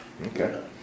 okay